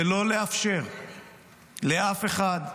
ולא לאפשר לאף אחד,